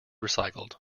recycled